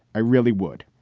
i really would.